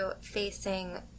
facing